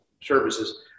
services